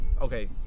Okay